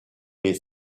les